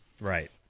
Right